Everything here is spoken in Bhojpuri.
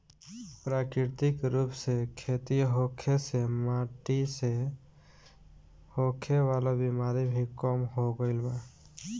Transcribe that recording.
प्राकृतिक रूप से खेती होखे से माटी से होखे वाला बिमारी भी कम हो गईल बा